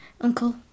Uncle